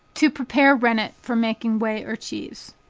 to prepare rennet for making whey or cheese.